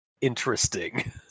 Interesting